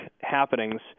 happenings